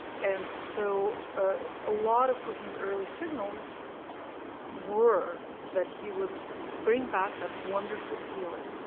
and so ah a lot of putin's early signals were that he would bring back that wonderful feeling